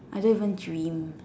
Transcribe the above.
I don't even dream